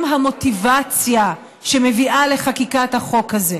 הם המוטיבציה שמביאה לחקיקת החוק הזה: